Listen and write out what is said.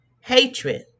Hatred